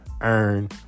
earn